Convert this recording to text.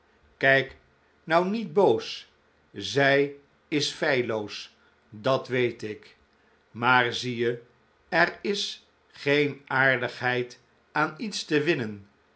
kijk nou niet boos zij is feilloos dat weet ik maar zie je er is geen aardigheid aan iets te winnen